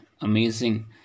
amazing